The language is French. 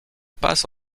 passe